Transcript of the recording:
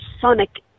sonic